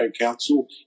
Council